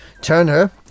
Turner